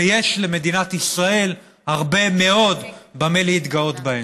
ויש למדינת ישראל הרבה מאוד במה להתגאות בהן.